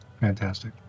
Fantastic